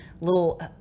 little